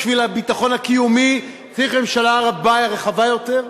בשביל הביטחון הקיומי צריך ממשלה רחבה יותר?